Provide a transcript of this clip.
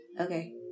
Okay